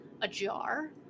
ajar